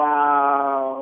Wow